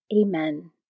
Amen